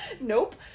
Nope